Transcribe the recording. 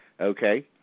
Okay